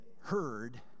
heard